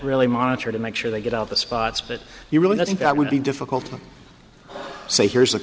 really monitor to make sure they get all the spots but you really think that would be difficult to say here's a